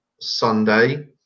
sunday